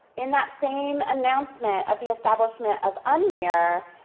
in that same announcement of the establishment of unmeer,